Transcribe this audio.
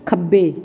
ਖੱਬੇ